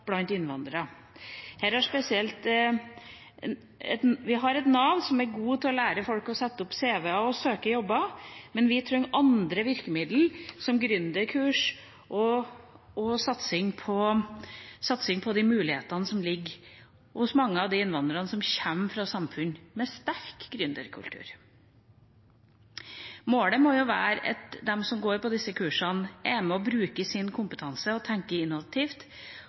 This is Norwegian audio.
blant innvandrere. Nav er god til å lære folk å sette opp CV-er og søke jobber, men vi trenger andre virkemidler, som gründerkurs og satsing på de mulighetene som ligger hos mange av de innvandrerne som kommer fra samfunn med sterk gründerkultur. Målet må være at de som går på disse kursene, er med og bruker sin kompetanse og tenker innovativt,